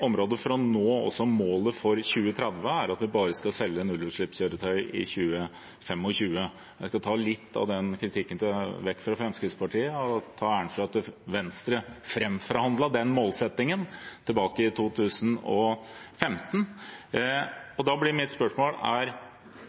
for å nå også målet for 2030 er at man bare skal selge nullutslippskjøretøy i 2025. Jeg skal ta litt av den kritikken vekk fra Fremskrittspartiet og ta æren for at Venstre framforhandlet den målsettingen tilbake i 2015. Da blir mitt spørsmål: Er